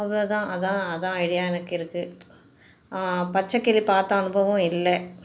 அவ்வளோதான் அதான் அதுதான் ஐடியா எனக்கு இருக்குது பச்சைக்கிளி பார்த்த அனுபவம் இல்லை